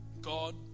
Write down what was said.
God